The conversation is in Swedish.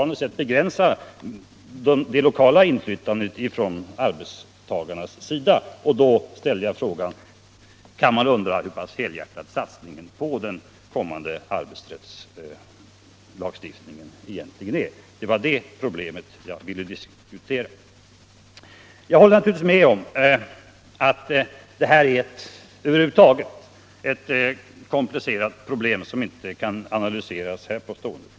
Det var därför jag undrade hur pass helhjärtad satsningen på den kommande arbetsrättslagstiftningen egentligen är. Det var det problemet jag ville diskutera. Jag håller naturligtvis med om att detta är ett komplicerat problem som inte kan analyseras här på stående fot.